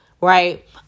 Right